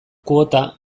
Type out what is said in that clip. kuota